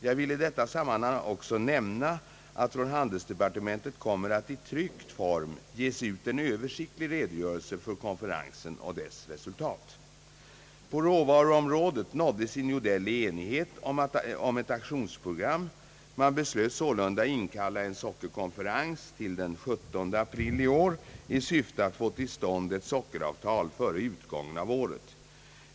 Jag vill i detta sammanhang också nämna att från handelsdepartementet kommer att i tryckt form ges ut en översiktlig redogörelse för konferensen och dess resultat. På råvaruområdet nåddes i New Delhi enighet om ett aktionsprogram. Man be slöt sålunda inkalla en sockerkonferens till den 17 april i år i syfte att få till stånd ett sockeravtal före utgången av året.